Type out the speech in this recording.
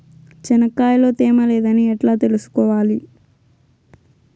చెనక్కాయ లో తేమ లేదని ఎట్లా తెలుసుకోవాలి?